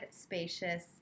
spacious